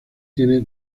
tiene